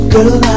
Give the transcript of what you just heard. Girl